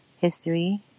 history